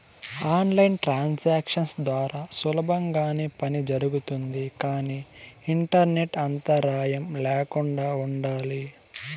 on line transactions ద్వారా సులభంగానే పని జరుగుతుంది కానీ ఇంటర్నెట్ అంతరాయం ల్యాకుండా ఉండాలి